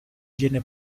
viene